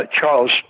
Charles